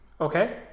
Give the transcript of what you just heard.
Okay